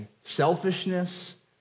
Selfishness